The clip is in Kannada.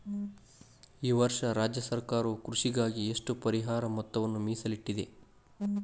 ಈ ವರ್ಷ ರಾಜ್ಯ ಸರ್ಕಾರವು ಕೃಷಿಗಾಗಿ ಎಷ್ಟು ಪರಿಹಾರ ಮೊತ್ತವನ್ನು ಮೇಸಲಿಟ್ಟಿದೆ?